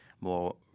more